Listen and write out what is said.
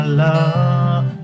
love